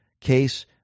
case